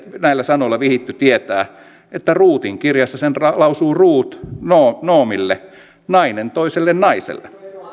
näillä sanoilla vihitty tietää että ruutin kirjassa sen lausuu ruut noomille nainen toiselle naiselle